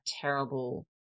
terrible